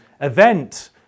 event